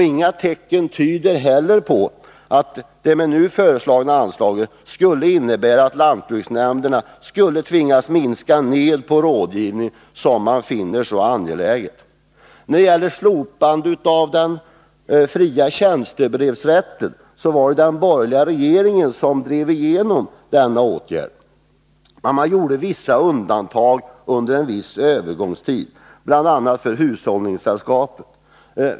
Inga tecken tyder heller på att det nu föreslagna anslaget skulle innebära att lantbruksnämnderna skulle tvingas minska ned på den rådgivning som man finner angelägen. När det gäller slopandet av den fria tjänstebrevsrätten var det den borgerliga regeringen som drev igenom denna åtgärd. Men man gjorde vissa undantag under en viss övergångstid, bl.a. för hushållningssällskapen.